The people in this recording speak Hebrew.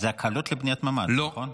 זה הקלות בבניית ממ"ד, נכון?